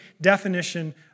definition